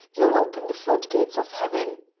you will open the flood-gates of heaven.